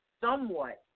somewhat